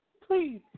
Please